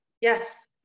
Yes